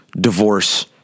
divorce